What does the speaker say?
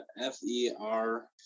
F-E-R